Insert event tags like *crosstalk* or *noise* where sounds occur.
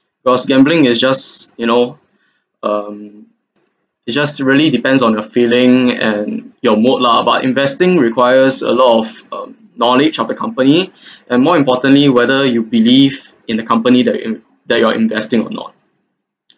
cause gambling is just you know *breath* um it just really depends on your feelings and your mood lah but investing requires a lot of um knowledge of the company *breath* and more importantly whether you believe in the company that you're in~ that you are investing or not